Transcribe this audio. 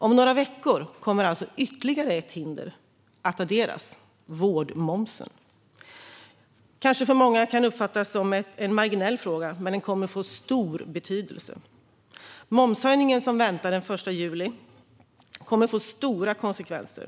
Om några veckor kommer alltså ytterligare ett hinder att adderas, nämligen vårdmomsen. För många kanske den uppfattas som en marginell fråga, men den kommer att få stor betydelse. Momshöjningen som väntar den 1 juli kommer att få stora konsekvenser.